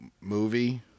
movie